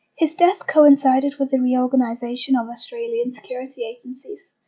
his death coincided with the reorganisation of australian security agencies,